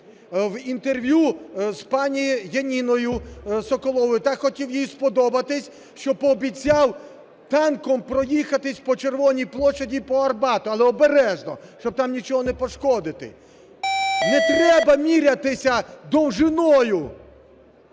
в інтерв'ю з пані Яніною Соколовою, так хотів їй сподобатися, що пообіцяв танком проїхатися по Червоній площі, по Арбату, але обережно, щоб там нічого не пошкодити. Не треба мірятися довжиною